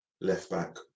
left-back